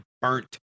burnt